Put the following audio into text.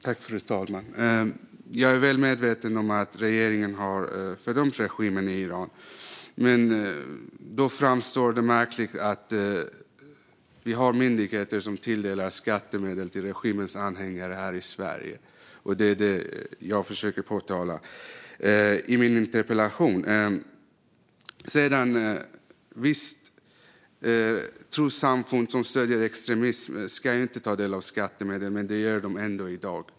Fru talman! Jag är väl medveten om att regeringen har fördömt regimen i Iran. Därför framstår det som märkligt att vi har myndigheter som tilldelar skattemedel till denna regims anhängare här i Sverige. Det är detta jag försöker påpeka i min interpellation. Trossamfund som stöder extremism ska inte ta del av skattemedel, men det gör de ändå i dag.